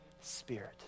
Spirit